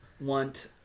want